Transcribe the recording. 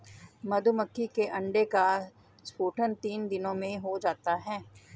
मधुमक्खी के अंडे का स्फुटन तीन दिनों में हो जाता है